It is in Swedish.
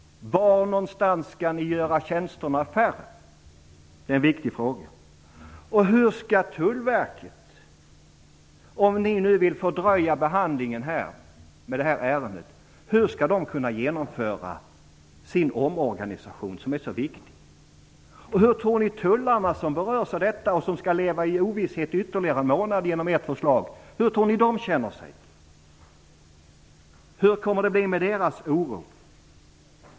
Var någonstans skall ni göra tjänsterna färre? Det är en viktig fråga. Hur skall Tullverket, om ni nu vill fördröja behandlingen av det här ärendet, kunna genomföra sin omorganisation som är så viktig? Hur tror ni att de tullare som berörs av det här, och som skall leva i ovisshet ytterligare en månad på grund av ert förslag, känner sig? Hur kommer det att bli med deras oro?